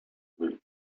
will